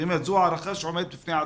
באמת זו הערכה שעומדת בפני עצמה.